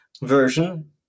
version